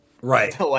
Right